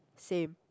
same